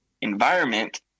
environment